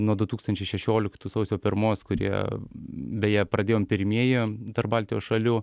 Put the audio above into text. nuo du tūkstančiai šešioliktų sausio pirmos kurie beje pradėjom pirmieji tarp baltijos šalių